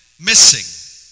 missing